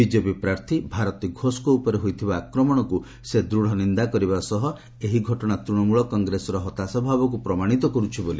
BJP ପ୍ରାର୍ଥୀ ଭାରତୀ ଘୋଷଙ୍କ ଉପରେ ହୋଇଥିବା ଆକ୍ରମଣକୁ ସେ ଦୂଢ଼ ନିନ୍ଦା କରିବା ସହ ଏହି ଘଟଣା ତୂଣମୂଳ କଂଗ୍ରେସର ହତାସା ଭାବକୁ ପ୍ରମାଣିତ କରୁଛି ବୋଲି କହିଛନ୍ତି